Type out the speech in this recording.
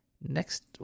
next